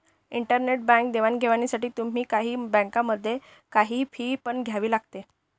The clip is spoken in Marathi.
इंटरनेट बँक देवाणघेवाणीसाठी तुम्हाला काही बँकांमध्ये, काही फी पण द्यावी लागते